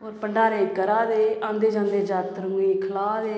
होर भंडारे करा दे औंदे जंदे जात्तरुएं गी खला दे